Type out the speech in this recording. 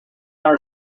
are